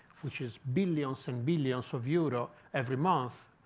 which is billions and billions of euro every month,